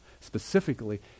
specifically